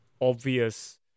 obvious